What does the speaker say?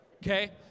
Okay